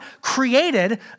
created